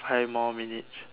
five more minutes